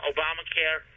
Obamacare